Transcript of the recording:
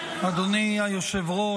אדוני היושב-ראש,